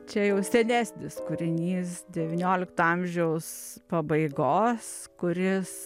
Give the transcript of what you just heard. čia jau senesnis kūrinys devyniolikto amžiaus pabaigos kuris